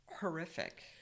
horrific